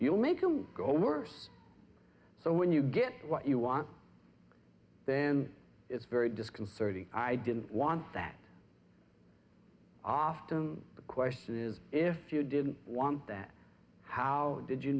you'll make you go worse so when you get what you want then it's very disconcerting i didn't want that often the question is if you didn't want that how did you